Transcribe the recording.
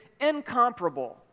incomparable